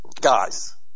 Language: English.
Guys